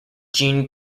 gene